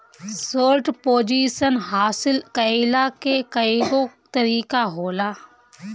short position हासिल कईला के कईगो तरीका होला